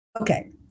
Okay